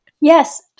Yes